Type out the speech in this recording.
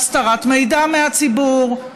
הסתרת מידע מהציבור,